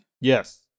Yes